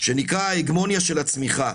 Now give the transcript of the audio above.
שנקרא "ההגמוניה של הצמיחה".